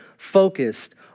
focused